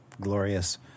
glorious